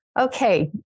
okay